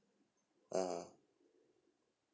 uh